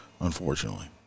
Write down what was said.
unfortunately